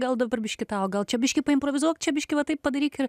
gal dabar biškį tau gal čia biškį improvizuok čia biškį va taip padaryk ir